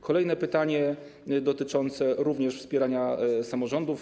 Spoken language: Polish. Kolejne pytanie dotyczące również wspierania samorządów.